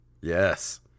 Yes